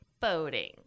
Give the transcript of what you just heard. Boating